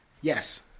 yes